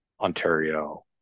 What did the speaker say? Ontario